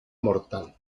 mortal